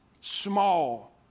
small